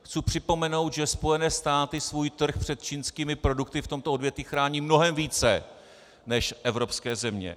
Chci připomenout, že Spojené státy svůj trh s čínskými produkty v tomto odvětví chrání mnohem více než evropské země.